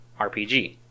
RPG